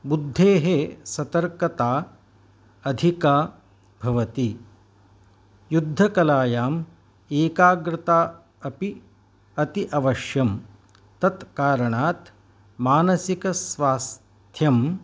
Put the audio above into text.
बुद्धेः सतर्कता अधिका भवति युद्धकलायाम् एकाग्रता अपि अति अवश्यं तत्कारणात् मानसिकस्वास्थ्यं